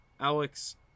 Alex